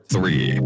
Three